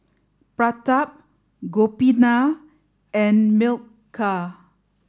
Pratap Gopinath and Milkha